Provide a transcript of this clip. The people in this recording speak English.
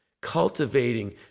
cultivating